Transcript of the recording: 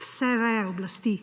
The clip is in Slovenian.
vse veje oblasti.